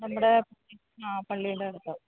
നമ്മുടെ അ പള്ളിയുടെ അടുത്ത്